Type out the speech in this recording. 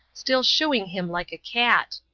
still shooing him like a cat.